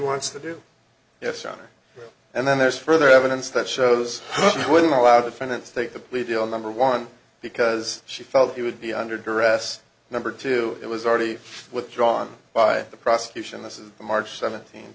wants to do yes on and then there's further evidence that shows wouldn't allow defendants take the plea deal number one because she felt he would be under duress number two it was already withdrawn by the prosecution this is march seventeenth